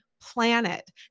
planet